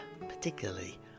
particularly